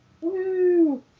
Woo